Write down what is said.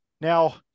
Now